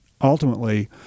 ultimately